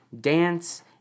dance